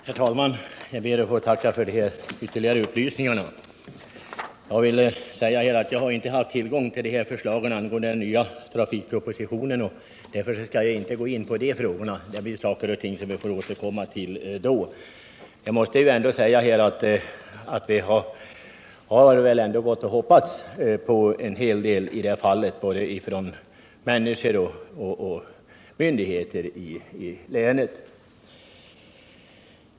Herr talman! Jag ber att få tacka för de ytterligare upplysningarna. Jag har inte haft tillgång till de förslag som väntas i den nya trafikpropositionen, och därför skall jag inte gå in på de frågorna. Det är saker som vi får återkomma till i en kommande debatt. Jag måste dock säga att både människor och myndigheter i Värmlands län har hoppats på en hel del förbättringar i detta sammanhang.